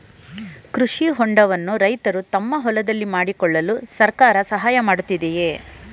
ಕೃಷಿ ಹೊಂಡವನ್ನು ರೈತರು ತಮ್ಮ ಹೊಲದಲ್ಲಿ ಮಾಡಿಕೊಳ್ಳಲು ಸರ್ಕಾರ ಸಹಾಯ ಮಾಡುತ್ತಿದೆಯೇ?